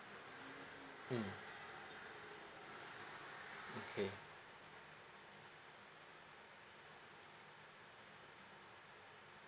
mm okay